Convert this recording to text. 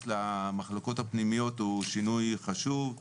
למחלוקות הפנימיות הוא שינוי חשוב.